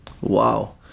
Wow